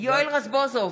יואל רזבוזוב,